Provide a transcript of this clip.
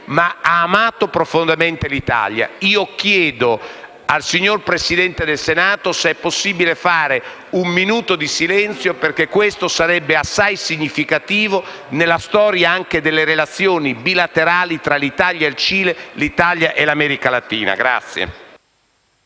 ma ha amato profondamente l'Italia. Chiedo al signor Presidente del Senato, se è possibile, di dedicare un minuto di silenzio, perché questo sarebbe assai significativo nella storia delle relazioni bilaterali tra l'Italia e il Cile, tra Italia e America Latina*.